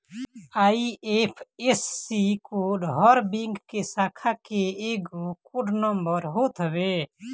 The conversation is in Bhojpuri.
आई.एफ.एस.सी कोड हर बैंक के शाखा के एगो कोड नंबर होत हवे